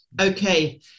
Okay